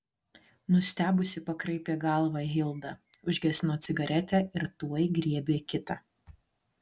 nustebusi pakraipė galvą hilda užgesino cigaretę ir tuoj griebė kitą